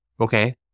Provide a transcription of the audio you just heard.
Okay